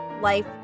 life